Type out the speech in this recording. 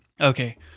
okay